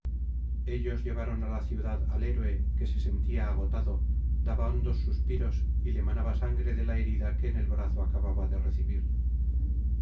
ellos llevaron á la ciudad al héroe que se sentía agotado daba hondos suspiros y le manaba sangre de la herida que en el brazo acababa de recibir